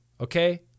Okay